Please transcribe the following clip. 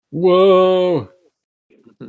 Whoa